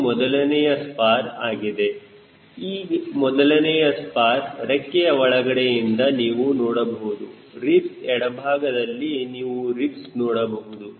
ಇದು ಮೊದಲನೆಯ ಸ್ಪಾರ್ ಆಗಿದೆ ಈ ಮೊದಲನೆಯ ಸ್ಪಾರ್ ರೆಕ್ಕೆಯ ಒಳಗಡೆಯಿಂದ ನೀವು ನೋಡಬಹುದು ರಿಬ್ಸ್ ಎಡಭಾಗದಲ್ಲಿ ನೀವು ರಿಬ್ಸ್ ನೋಡಬಹುದು